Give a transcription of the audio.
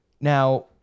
now